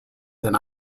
than